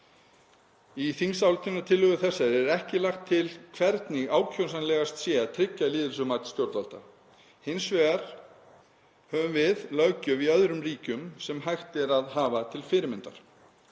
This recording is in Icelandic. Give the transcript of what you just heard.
Í þingsályktunartillögu þessari er ekki lagt til hvernig ákjósanlegast sé að tryggja lýðheilsumat stjórnvalda. Hins vegar höfum við löggjöf í öðrum ríkjum sem hægt er að hafa til fyrirmyndar.